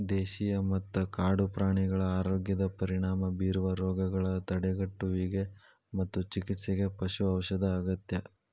ದೇಶೇಯ ಮತ್ತ ಕಾಡು ಪ್ರಾಣಿಗಳ ಆರೋಗ್ಯದ ಪರಿಣಾಮ ಬೇರುವ ರೋಗಗಳ ತಡೆಗಟ್ಟುವಿಗೆ ಮತ್ತು ಚಿಕಿತ್ಸೆಗೆ ಪಶು ಔಷಧ ಅಗತ್ಯ